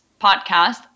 podcast